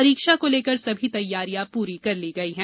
परीक्षा को लेकर सभी तैयारियां पूरी कर ली गई हैं